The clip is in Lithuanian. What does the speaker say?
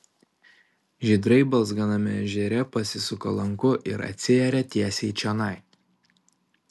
žydrai balzganame ežere pasisuka lanku ir atsiiria tiesiai čionai